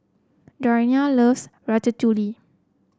Dariana loves Ratatouille